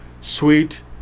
sweet